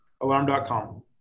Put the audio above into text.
alarm.com